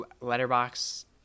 letterbox